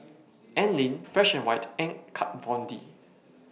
Anlene Fresh White and Kat Von D